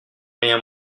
rien